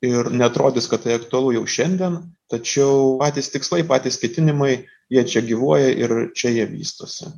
ir neatrodys kad tai aktualu jau šiandien tačiau patys tikslai patys ketinimai jie čia gyvuoja ir čia jie vystosi